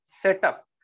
setup